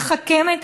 לא מתחכמת,